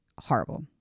horrible